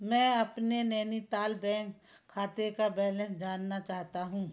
मैं अपने नैनीताल बैंक खाते का बैलेंस जानना चाहता हूँ